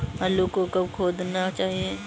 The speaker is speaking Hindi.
आलू को कब खोदना चाहिए?